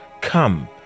Come